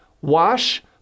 Wash